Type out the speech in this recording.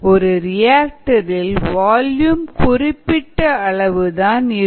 ஒரு ரியாக்டர்ரில் வால்யூம் குறிப்பிட்ட அளவுதான் இருக்கும்